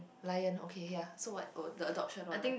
lion okay ya so what uh the adoption one ah